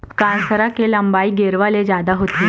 कांसरा के लंबई गेरवा ले जादा होथे